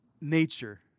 nature